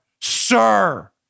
sir